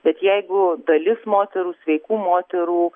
bet jeigu dalis moterų sveikų moterų